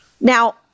Now